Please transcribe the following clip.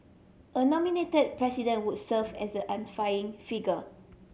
a nominated President would serve as the unifying figure